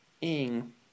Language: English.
Ing